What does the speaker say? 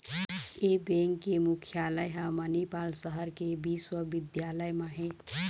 ए bank के मुख्यालय ह मनिपाल सहर के बिस्वबिद्यालय म हे